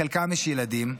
לחלקם יש ילדים,